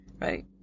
Right